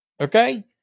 Okay